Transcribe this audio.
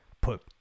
put